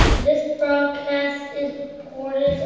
this broadcast is recorded